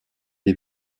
des